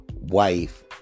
wife